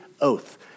oath